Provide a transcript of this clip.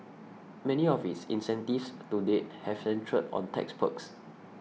many of its incentives to date have centred on tax perks